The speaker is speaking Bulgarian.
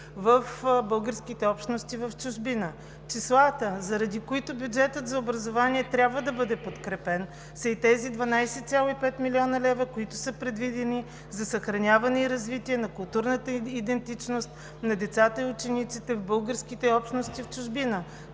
в българските общности в чужбина. Числата, заради които бюджетът за образование трябва да бъде подкрепен, са и тези 12,5 млн. лв., които са предвидени за съхраняване и развитие на културната идентичност на децата и учениците в българските общности в чужбина